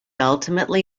ultimately